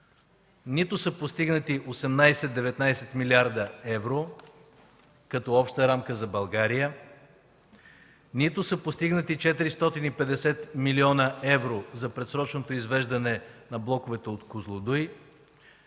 Нито са постигнати 18-19 млрд. евро като обща рамка за България, нито са постигнати 450 млн. евро за предсрочното извеждане на блоковете от „Козлодуй”,